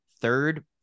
third